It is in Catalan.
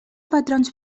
patrons